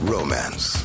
Romance